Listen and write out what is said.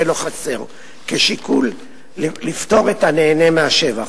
לא חסר' כשיקול לפטור את הנהנה מהשבח,